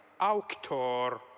auctor